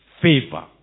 favor